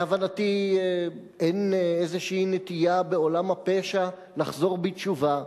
להבנתי אין איזו נטייה בעולם הפשע לחזור בתשובה,